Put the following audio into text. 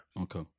Okay